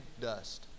dust